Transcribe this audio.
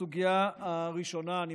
הסוגיה הראשונה שהעלית,